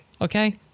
okay